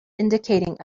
indicating